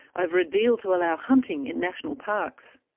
over a deal to allow hunting in national parks.